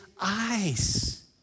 eyes